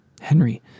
Henry